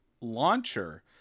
launcher